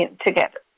together